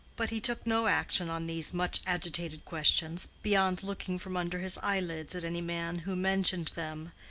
but he took no action on these much-agitated questions beyond looking from under his eyelids at any man who mentioned them,